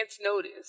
notice